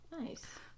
Nice